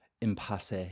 impasse